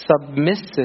Submissive